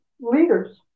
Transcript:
leaders